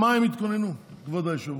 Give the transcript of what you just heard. התקנות כדי שיסתדר,